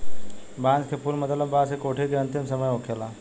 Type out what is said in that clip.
बांस के फुल मतलब बांस के कोठी के अंतिम समय होखेला